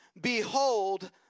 Behold